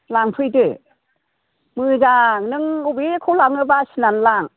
लांफैदो मोजां नों अबेखौ लाङो बासिना लां